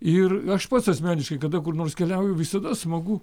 ir aš pats asmeniškai kada kur nors keliauju visada smagu